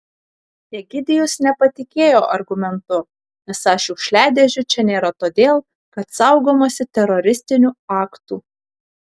egidijus nepatikėjo argumentu esą šiukšliadėžių čia nėra todėl kad saugomasi teroristinių aktų